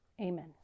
Amen